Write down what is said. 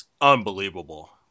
unbelievable